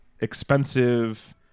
expensive